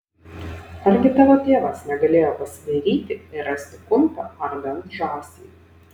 argi tavo tėvas negalėjo pasidairyti ir rasti kumpio ar bent žąsį